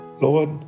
Lord